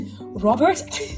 robert